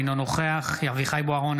אינו נוכח אביחי אברהם בוארון,